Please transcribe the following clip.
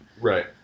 Right